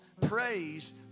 Praise